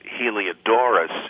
Heliodorus